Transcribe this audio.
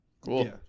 Cool